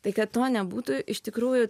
tai kad to nebūtų iš tikrųjų